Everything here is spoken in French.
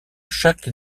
chaque